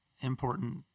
important